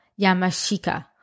Yamashika